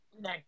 no